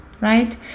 right